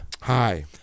Hi